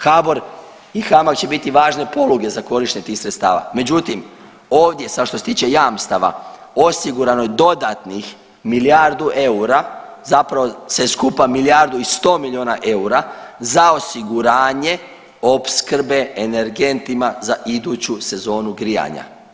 HBOR i HAMAG će biti važne poluge za korištenje tih sredstava međutim ovdje sad što se tiče jamstava, osigurano je dodatnih milijardu eura zapravo sve skupa milijardu i 100 milijuna eura za osiguranje opskrbe energentima za iduću sezonu grijanja.